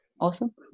awesome